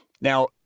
Now